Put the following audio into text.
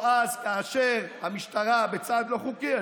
או אז, כאשר המשטרה, בצעד לא חוקי,